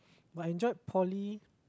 I enjoyed poly